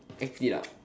act it out